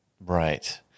Right